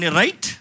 right